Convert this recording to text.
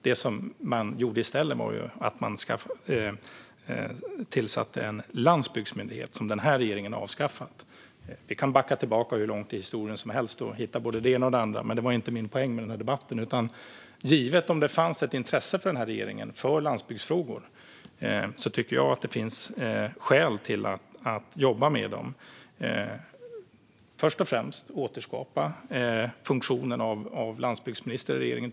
Det man gjorde i stället var att tillsätta en landsbygdsmyndighet, som den här regeringen har avskaffat. Vi kan backa hur långt tillbaka i historien som helst och hitta både det ena och det andra, men det var inte min poäng med den här debatten. Förutsatt att det finns ett intresse från den här regeringen för landsbygdsfrågor tycker jag att det finns skäl att jobba med dem. Först och främst tycker jag att det vore klokt att återskapa funktionen av landsbygdsminister i regeringen.